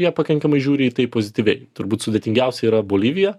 jie pakankamai žiūri į tai pozityviai turbūt sudėtingiausia yra bolivija